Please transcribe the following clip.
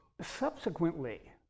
subsequently